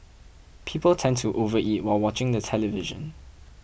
people tend to overeat while watching the television